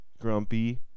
grumpy